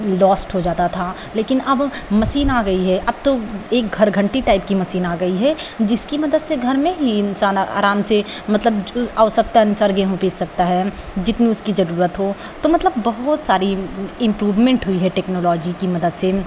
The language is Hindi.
लॉस्ट हो जाता था लेकिन अब मसीन आ गई है अब तो एक घर घंटी टाइप की मसीन आ गई है जिसकी मदद से घर में ही इन्सान आराम से मतलब आवश्यकता अनुसार गेहूँ पीस सकता है जितनी उसकी ज़रूरत हो तो मतलब बहुत सारी इम्प्रूवमेन्ट हुई है टेक्नोलॉजी की मदद से